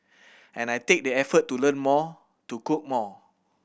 and I take the effort to learn more to cook more